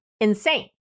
insane